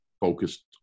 focused